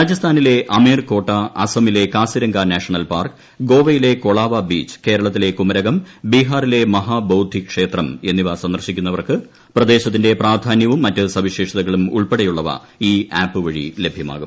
രാജസ്ഥാനിലെ അമേർകോട്ട അസ്സമിലെ കാസിരംഗ നാഷണൽ പാർക്ക് ഗോവയിലെ കൊളാവാ ബീച്ച് കേരളത്തിലെ കുമരകം ബീഹാറിലെ മഹാബോധി ക്ഷേത്രം എന്നിവ സന്ദർശിക്കുന്നവർക്ക് പ്രദേശത്തിന്റെ പ്രാധാനൃവും മറ്റ് സവിശേഷതകളും ഉൾപ്പെടെയുള്ളവ ഈ ആപ്പ് വഴി ലഭ്യമാകും